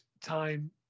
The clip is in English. time